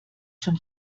schon